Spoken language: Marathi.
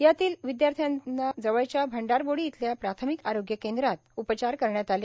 यातील विदयाश्र्यांचा जवळच्या भंडारबोडी इथल्या प्राथमिक आरोग्य केद्रात उपचार करण्यात आले